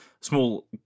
small